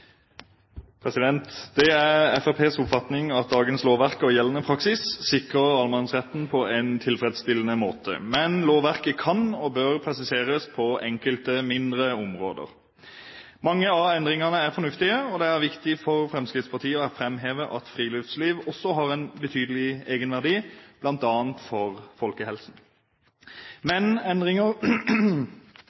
måte. Det er Fremskrittspartiets oppfating at dagens lovverk og gjeldende praksis sikrer allemannsretten på en tilfredsstillende måte, men lovverket kan og bør presiseres på enkelte mindre områder. Mange av endringene er fornuftige, og det er viktig for Fremskrittspartiet å framheve at friluftsliv også har en betydelig egenverdi, bl.a. for folkehelsen. Men endringer